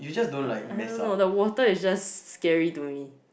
I don't know the water is just scary to me